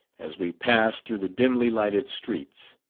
as we passed through the dimly lighted streets.